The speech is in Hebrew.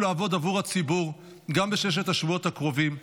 לעבוד עבור הציבור גם בששת השבועות הקרובים.